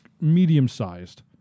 medium-sized